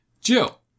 Jill